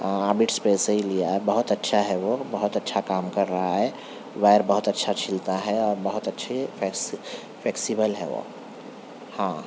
bits پریس سے ہی لیا بہت اچھا ہے وہ بہت اچھا کام کر رہا ہے وائر بہت اچھا چھیلتا ہے اور بہت اچھے فیکس فیکسیبل ہے وہ ہاں